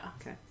Okay